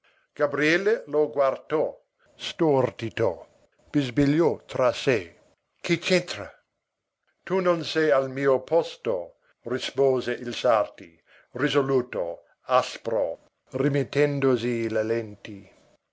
gabriele lo guatò stordito bisbigliò tra sé che c'entra tu non sei al mio posto rispose il sarti risoluto aspro rimettendosi le lenti